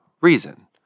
reason